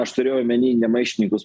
aš turėjau omeny ne maištininkus